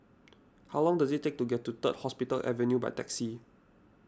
how long does it take to get to Third Hospital Avenue by taxi